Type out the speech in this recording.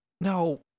No